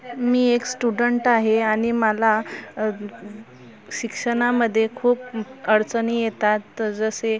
मी एक स्टुडेंट आहे आणि मला शिक्षणामध्ये खूप अडचणी येतात जसे